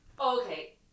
Okay